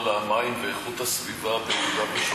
על המים ואיכות הסביבה ביהודה ושומרון,